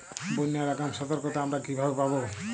বন্যার আগাম সতর্কতা আমরা কিভাবে পাবো?